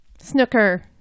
snooker